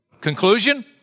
Conclusion